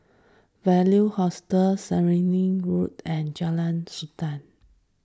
Value Hostel Stirling Road and Jalan Sultan